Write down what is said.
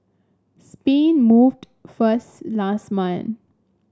Spain moved first last month